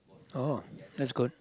oh that's good